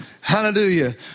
Hallelujah